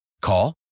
Call